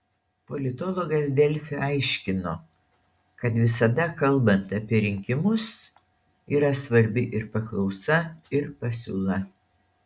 politologas delfi aiškino kad visada kalbant apie rinkimus yra svarbi ir paklausa ir pasiūla